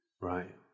Right